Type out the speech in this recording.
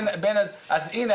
אז הנה,